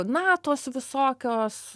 natos visokios